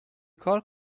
کار